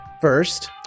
First